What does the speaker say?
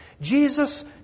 Jesus